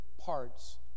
parts